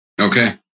Okay